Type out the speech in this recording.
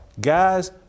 Guys